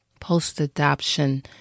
post-adoption